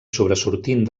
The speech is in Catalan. sobresortint